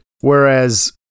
Whereas